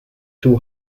two